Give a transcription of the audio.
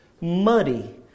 muddy